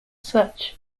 such